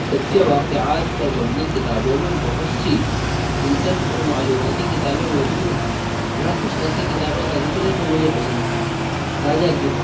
سچے واقعات پر مبنی کتابوں میں بہت سی دلچسپ اور معلوماتی کتابیں موجود ہیں یہاں کچھ ایسی کتابوں کا ذکر ہے جو مجھے پسند ہیں راجا گدھ